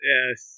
Yes